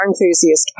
enthusiast